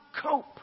cope